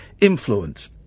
influence